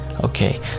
Okay